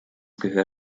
gehör